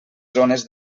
zones